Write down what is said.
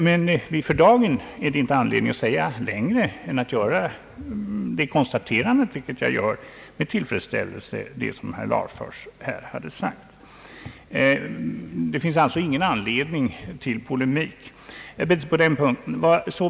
Men för dagen finns det ingen anledning att göra något annat konstaterande än herr Larfors här har gjort. På den punkten finns det alltså ingen anledning till polemik.